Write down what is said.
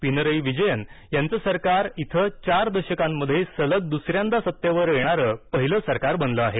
पिनरयी विजयन यांचं सरकार इथं चार दशकांमध्ये सलग दुसऱ्यांदा सत्तेवर येणारं पहिलं सरकार बनलं आहे